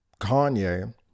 Kanye